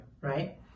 Right